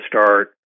start